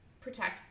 protect